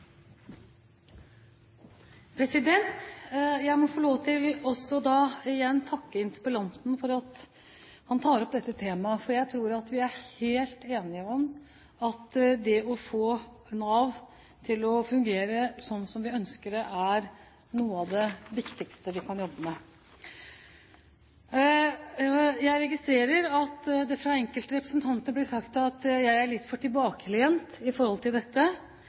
helt enige om at det å få Nav til å fungere slik vi ønsker, er noe av det viktigste vi kan jobbe med. Jeg registrerer at det fra enkelte representanter blir sagt at jeg er litt for tilbakelent i forhold til dette.